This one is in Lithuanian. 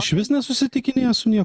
išvis nesusitikinėja su nie